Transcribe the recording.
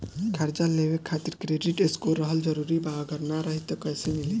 कर्जा लेवे खातिर क्रेडिट स्कोर रहल जरूरी बा अगर ना रही त कैसे मिली?